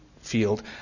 field